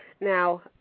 Now